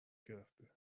گرفته